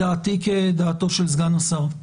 דעתי כדעתו של סגן השר.